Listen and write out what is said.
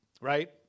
Right